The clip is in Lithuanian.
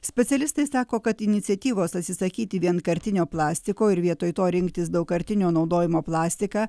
specialistai sako kad iniciatyvos atsisakyti vienkartinio plastiko ir vietoj to rinktis daugkartinio naudojimo plastiką